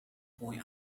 boy